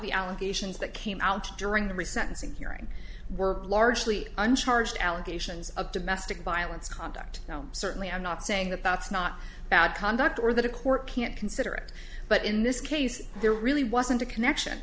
the allegations that came out during the recent securing work largely uncharged allegations of domestic violence conduct certainly i'm not saying that that's not bad conduct or that a court can't consider it but in this case there really wasn't a connection